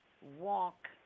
walk